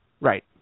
Right